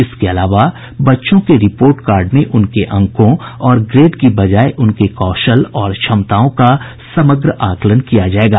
इसके अलावा बच्चों के रिपोर्ट कार्ड में उनके अंकों और ग्रेड की बजाय उनके कौशल और क्षमताओं का समग्र आकलन किया जायेगा